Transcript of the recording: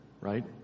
right